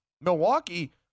Milwaukee